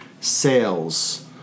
sales